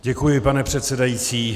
Děkuji, pane předsedající.